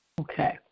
Okay